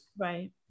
Right